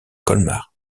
colmar